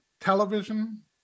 television